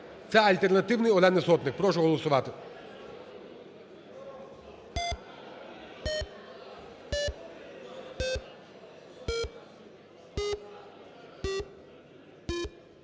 це альтернативний Олени Сотник. Прошу голосувати.